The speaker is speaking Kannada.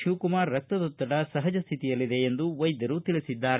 ಶಿವಕುಮಾರ ರಕ್ತದೊತ್ತಡ ಸಹಜ ಸ್ಟಿತಿಯಲ್ಲಿದೆ ಎಂದು ವೈದ್ಯರು ತಿಳಿಸಿದ್ದಾರೆ